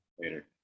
Later